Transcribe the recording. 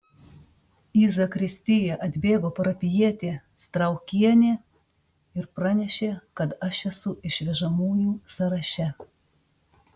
į zakristiją atbėgo parapijietė straukienė ir pranešė kad aš esu išvežamųjų sąraše